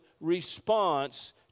response